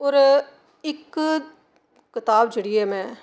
होर इक कताब जेह्ड़ी ऐ में